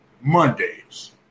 Mondays